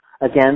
again